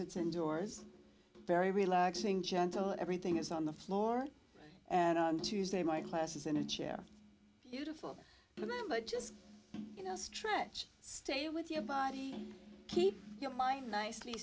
it's indoors very relaxing gentle everything is on the floor and on tuesday my class is in a chair beautiful remember just a stretch stay with your body keep your mind nicely